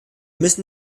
müssen